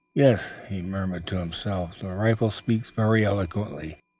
yes, he murmured to himself, the rifle speaks very eloquently.